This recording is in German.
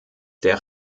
der